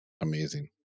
Amazing